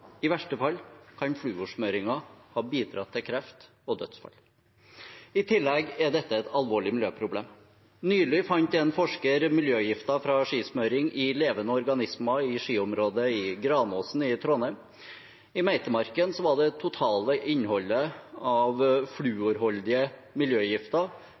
I verste fall kan fluorsmøringen ha bidratt til kreft og dødsfall. I tillegg er dette et alvorlig miljøproblem. Nylig fant en forsker miljøgifter fra skismøring i levende organismer i skiområdet i Granåsen i Trondheim. I meitemarken var det totale innholdet av fluorholdige miljøgifter